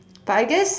but I guess